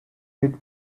hit